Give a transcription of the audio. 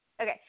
Okay